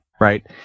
right